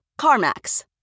CarMax